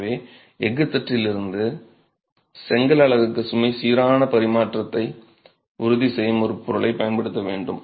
எனவே எஃகு தட்டிலிருந்து செங்கல் அலகுக்கு சுமை சீரான பரிமாற்றத்தை உறுதி செய்யும் ஒரு பொருளைப் பயன்படுத்த வேண்டும்